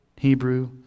Hebrew